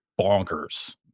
bonkers